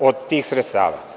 od tih sredstava.